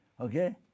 okay